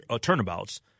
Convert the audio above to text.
Turnabout's